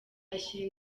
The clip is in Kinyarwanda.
ashyira